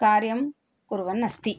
कार्यं कुर्वन्नस्ति